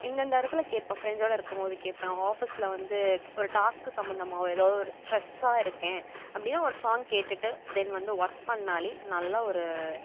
இந்தந்த இடத்துல கேட்பேன் ஃப்ரெண்ட்ஸோடு இருக்கும் போது கேட்பேன் ஆஃபீஸில் வந்து ஒரு டாஸ்க்கு சம்பந்தமாவோ எதாவது ஒரு ஸ்ட்ரெஸ்ஸாக இருக்கேன் அப்படின்னா ஒரு சாங் கேட்டுட்டு தென் வந்து ஒர்க் பண்ணால் நல்லா ஒரு